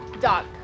dog